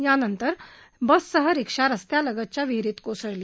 त्यानंतर बससह रीक्षा रस्त्यालगत असलेल्या विहिरीत कोसळली